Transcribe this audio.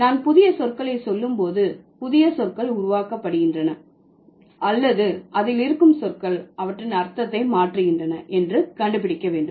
நான் புதிய சொற்களை சொல்லும்போது புதிய சொற்கள் உருவாக்கப்படுகின்றன அல்லது அதில் இருக்கும் சொற்கள் அவற்றின் அர்த்தத்தை மாற்றுகின்றன என்று கண்டுபிடிக்க வேண்டும்